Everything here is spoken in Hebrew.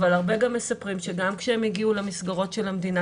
אבל הרבה גם מספרים שגם כשהם הגיעו למסגרות של המדינה,